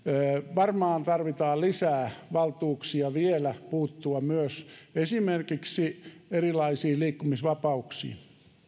varmaan tarvitaan vielä lisää valtuuksia puuttua myös esimerkiksi erilaisiin liikkumisvapauksiin